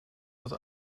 wat